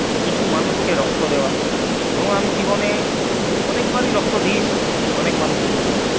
কিছু মানুষকে রক্ত দেওয়া ধরুন আমি জীবনে অনেকবারই রক্ত দিয়েছি অনেক মানুষকে